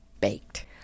baked